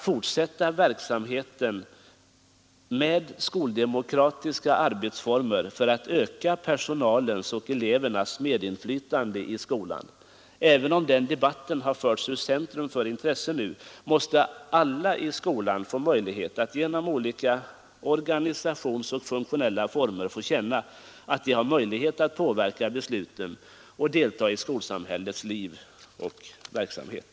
Fortsatt verksamhet för att genom skoldemokratiska arbetsformer öka personalens och elevernas medinflytande i skolan. Även om den debatten nu förts ur centrum för intresset måste arbetet fortsätta, så att alla i skolan får känna att de har möjlighet att påverka besluten och delta i skolsamhällets liv och verksamhet.